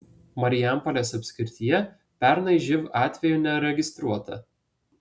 marijampolės apskrityje pernai živ atvejų neregistruota